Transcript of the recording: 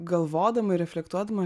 galvodama ir reflektuodama